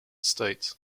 states